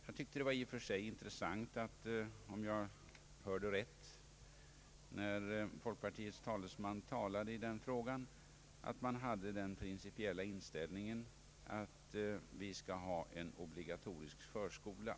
Jag tyckte det i och för sig var intressant att få erfara — om jag hörde rätt när folkpartiets talesman talade i denna fråga — att man hade den principiella inställningen att vi skall ha en obligatorisk förskola.